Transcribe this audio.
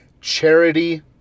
Charity